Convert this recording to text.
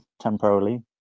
temporarily